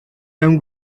mewn